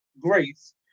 grace